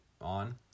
on